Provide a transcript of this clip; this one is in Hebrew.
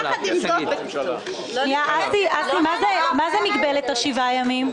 יחד עם זאת --- מה זה "מגבלת השבעה ימים"?